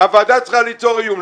הוועדה צריכה ליצור איום.